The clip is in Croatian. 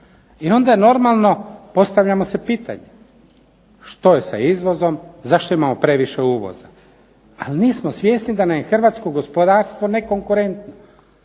I onda normalno postavljamo si pitanje što je sa izvozom, zašto imamo previše uvoza. Ali nismo svjesni da nam je hrvatsko gospodarstvo nekonkurentno.